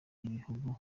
y’ibihugu